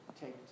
take